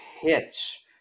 hits